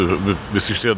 vi vi visi šitie